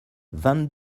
vingt